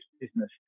business